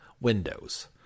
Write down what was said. windows